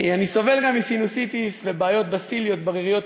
אני סובל גם מסינוסיטיס ובעיות בסיליות, בריריות.